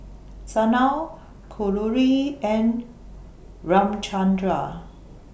Sanal Kalluri and Ramchundra